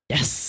Yes